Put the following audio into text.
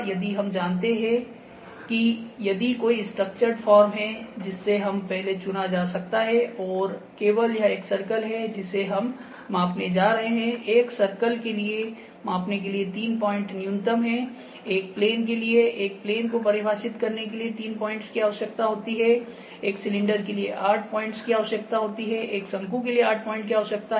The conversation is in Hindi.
यदि हम जानते हैं कि यदि कोई स्ट्रक्टरड फॉर्म है जिसे हम पहले चुना जा सकता है और केवल यह एक सर्कल है जिसे हम मापने जा रहे हैं एक सर्कल के लिए मापने के लिए 3 पॉइंट न्यूनतम हैं एक प्लेन के लिए एक प्लेन को परिभाषित करने के लिए 3 पॉइंटओं की आवश्यकता होती है एक सिलेंडर के लिए 8 पॉइंट की आवश्यकता एक शंकु के लिए 8 पॉइंट आवश्यक हैं